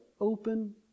open